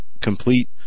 complete